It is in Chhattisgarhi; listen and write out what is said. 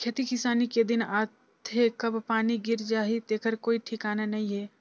खेती किसानी के दिन आथे कब पानी गिर जाही तेखर कोई ठिकाना नइ हे